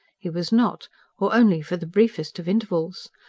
he was not or only for the briefest of intervals.